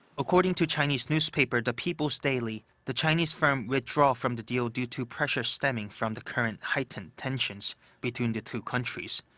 according to chinese newspaper the people's daily, the chinese firm withdrew from the deal due to pressure stemming from the current heightened tensions between the two countries,